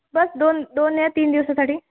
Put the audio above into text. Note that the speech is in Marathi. बस दोन दोन या तीन दिवसासाठी